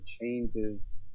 changes